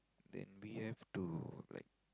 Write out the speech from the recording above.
then we have to like